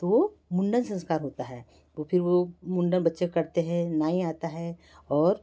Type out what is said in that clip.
तो वो मुंडन संस्कार होता है तो फिर वो मुंडन बच्चे का करते हैं नाई आता है और